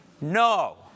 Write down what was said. No